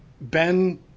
Ben